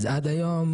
עד היום,